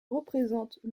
représente